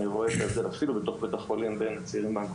לי באופן חסר תקדים עם חוסר המידע.